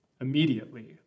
Immediately